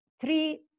three